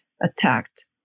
attacked